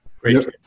great